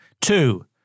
Two